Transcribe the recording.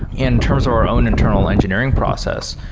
in terms of our own internal engineering process,